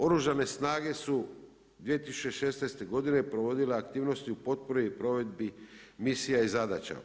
Oružane snage su 2016. godine provodile aktivnosti u potpunoj provedbi misija i zadaća.